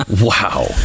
Wow